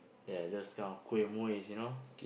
ya those kind of kuih muihs you know